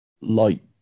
light